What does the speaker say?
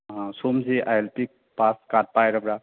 ꯁꯣꯝꯁꯦ I L P pass card ꯄꯥꯏꯔꯕ꯭ꯔꯥ